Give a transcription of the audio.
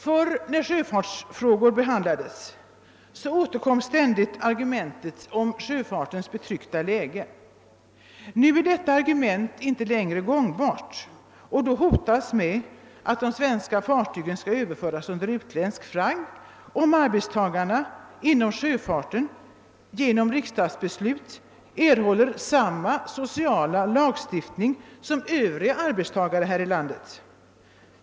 Förr när sjöfartsfrågor behandlades återkom ständigt argumentet om sjöfartens betryckta läge. Nu är det argumentet inte längre gångbart, och då hotar man med att överföra fartygen under utländsk flagg, om arbetstagarna inom sjöfarten genom riksdagsbeslut får samma sociala förmåner som övriga arbetstagare här i landet.